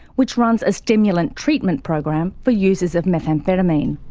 which runs a stimulant treatment program for users of methamphetamine.